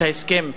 את הסכם הזכיינות,